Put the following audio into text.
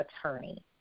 attorney